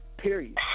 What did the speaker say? Period